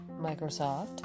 Microsoft